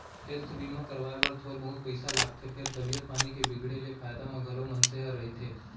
health बीमा करवाए बर थोर बहुत पइसा लागथे फेर तबीयत पानी के बिगड़े ले फायदा म घलौ मनसे ह रहिथे